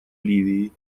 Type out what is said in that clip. ливии